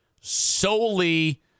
solely